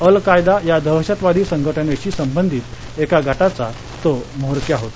अल् Qaeda या दहशतवादी संघटनेशी संबंधित एका गटाचा तो म्होरक्या होता